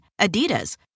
Adidas